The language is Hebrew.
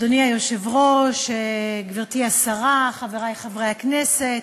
אדוני היושב-ראש, גברתי השרה, חברי חברי הכנסת,